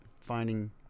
finding